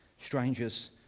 Strangers